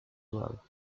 well